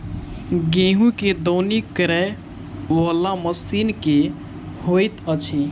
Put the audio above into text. गेंहूँ केँ दौनी करै वला मशीन केँ होइत अछि?